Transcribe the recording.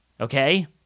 Okay